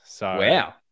Wow